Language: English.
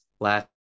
last